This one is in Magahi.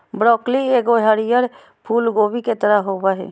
ब्रॉकली एगो हरीयर फूल कोबी के तरह होबो हइ